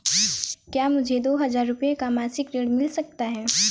क्या मुझे दो हजार रूपए का मासिक ऋण मिल सकता है?